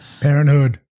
Parenthood